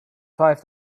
five